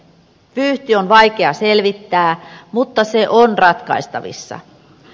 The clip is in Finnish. vyyhti on vaikea selvittää mutta se on ratkaistavissa